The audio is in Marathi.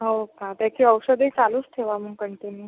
हो का त्याची औषधंही चालूच ठेवा मग कंटिन्यू